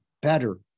better